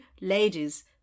ladies